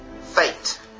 Fate